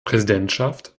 präsidentschaft